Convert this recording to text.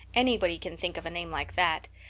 anybody can think of a name like that.